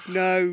no